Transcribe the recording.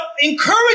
encourage